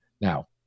Now